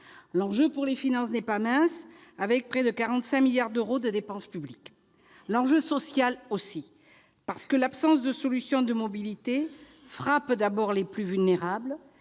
L'enjeu pour les finances n'est pas mince, avec près de 45 milliards d'euros de dépenses publiques. L'enjeu social est aussi prioritaire, l'absence de solution de mobilité frappant d'abord les plus vulnérables.